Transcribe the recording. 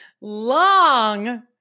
long